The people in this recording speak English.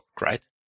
right